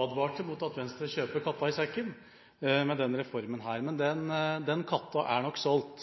advarte mot at Venstre kjøper katta i sekken med denne reformen. Men den katta er nok solgt.